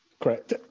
Correct